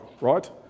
right